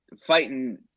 fighting